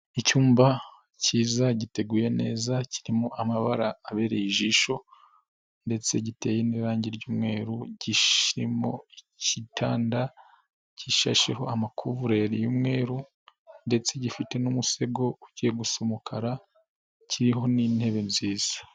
Icyumba cyiza giteguye neza, kirimo amabara abereye ijisho, ndetse giteye n'irangi ry'umweru, kirimo ikitanda gishasheho amakuvureri y'umweru, ndetse gifite n'umusego ugiye gusa umukara kiriho n'intebe nziza.